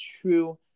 true